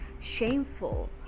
shameful